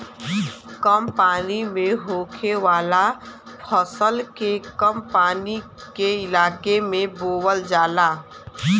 कम पानी में होखे वाला फसल के कम पानी के इलाके में बोवल जाला